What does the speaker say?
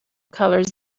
colors